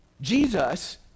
Jesus